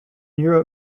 europe